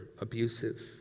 abusive